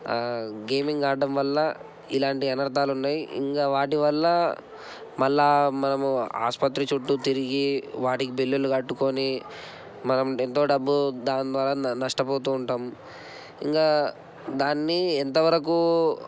gaming ఆడడం వల్ల ఇలాంటి అనర్థాలు ఉన్నాయి ఇంకా వాటి వల్ల మళ్ళా మనము ఆసుపత్రి చుట్టు తిరిగి వాటికి బిల్లులు కట్టుకొని మనం ఎంతో డబ్బు దాని ద్వారా న నష్టపోతు ఉంటాం ఇంకా దాన్ని ఎంతవరకు